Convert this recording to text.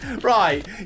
Right